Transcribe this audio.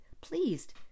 pleased